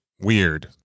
weird